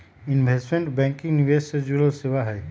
investment banking निवेश से जुड़ल सेवा हई